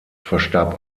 verstarb